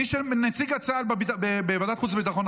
נציג צה"ל בוועדת חוץ וביטחון,